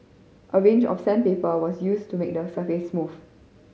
a range of sandpaper was used to make the surface smooth